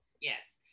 Yes